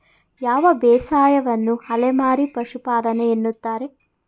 ಯಾವ ಬೇಸಾಯವನ್ನು ಅಲೆಮಾರಿ ಪಶುಪಾಲನೆ ಎನ್ನುತ್ತಾರೆ?